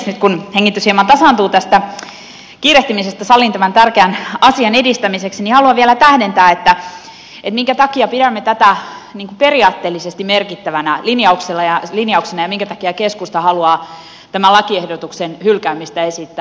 nyt kun hengitys hieman tasaantuu tästä kiirehtimisestä saliin tämän tärkeän asian edistämiseksi niin haluan vielä tähdentää minkä takia pidämme tätä periaatteellisesti merkittävänä linjauksena ja minkä takia keskusta haluaa tämän lakiehdotuksen hylkäämistä esittää